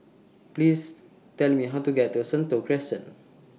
Please Tell Me How to get to Sentul Crescent